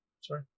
Sorry